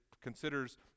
considers